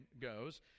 goes